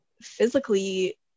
physically